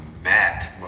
Matt